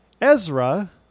Ezra